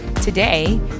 today